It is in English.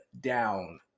down